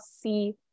see